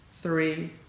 Three